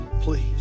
please